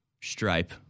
stripe